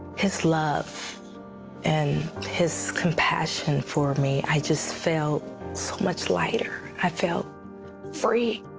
his love and his compassion for me i just felt so much lighter. i felt free.